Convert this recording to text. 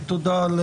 תודה על